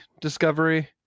Discovery